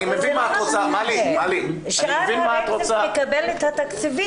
אני מבין מה את רוצה --- שאר הרצף מקבל את התקציבים.